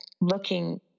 looking